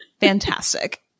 Fantastic